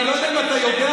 אני לא יודע אם אתה יודע,